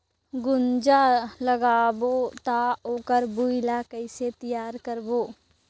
गुनजा लगाबो ता ओकर भुईं ला कइसे तियार करबो?